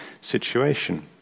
situation